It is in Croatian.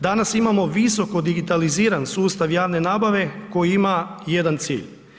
Danas imamo visoko digitaliziran sustav javne nabave koji ima jedan cilj.